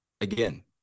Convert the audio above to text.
Again